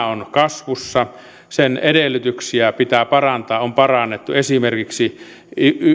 on kasvussa sen edellytyksiä pitää parantaa on parannettu esimerkiksi